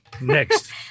Next